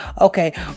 Okay